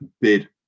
bid